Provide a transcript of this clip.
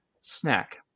snack